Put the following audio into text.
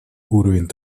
уровень